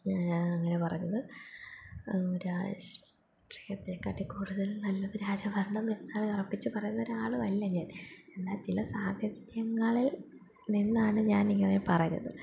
ഞാൻ അങ്ങനെ പറഞ്ഞത് രാഷ്ട്രീയത്തിക്കാട്ടിൽ കൂടുതൽ നല്ലത് രാജഭരണം നിന്നാൽ ഉറപ്പിച്ച് പറയുന്ന ഒരാളും അല്ല ഞാൻ എന്നാൽ ചില സാഹര്യങ്ങളിൽ നിന്നാണ് ഞാനിങ്ങനെ പറയുന്നത്